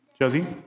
Josie